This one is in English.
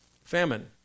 famine